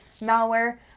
malware